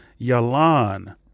Yalan